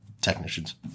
Technicians